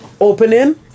opening